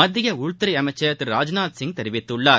மத்திய உள்துறை அனமச்சள் திரு ராஜ்நாத்சிங் தெரிவித்துள்ளார்